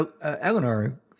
Eleanor